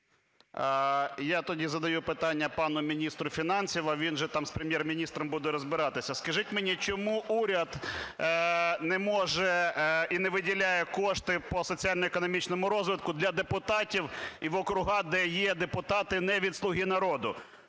Я тоді задаю питання пану міністру фінансів, а він вже там з Прем'єр-міністром буде розбиратися. Скажіть мені, чому уряд не може і не виділяє кошти по соціально-економічному розвитку для депутатів і в округи, де є депутати не від "Слуги народу"?